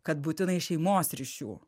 kad būtinai šeimos ryšių